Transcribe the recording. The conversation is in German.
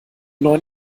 neuen